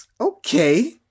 Okay